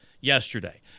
yesterday